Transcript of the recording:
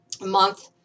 Month